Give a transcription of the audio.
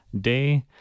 day